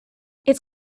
its